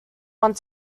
want